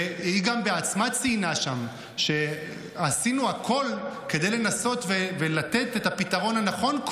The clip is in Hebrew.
וגם היא בעצמה ציינה שם שעשינו הכול כדי לנסות ולתת את הפתרון הנכון,